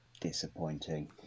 disappointing